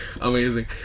amazing